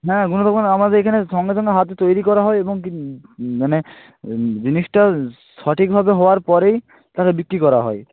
হ্যাঁ আমাদের এখানে সঙ্গে সঙ্গে হাতে তৈরি করা হয় এবং মানে জিনিসটা সঠিকভাবে হওয়ার পরেই তাদের বিক্রি করা হয়